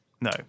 No